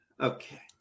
okay